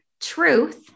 Truth